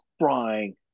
crying